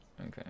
Okay